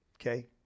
Okay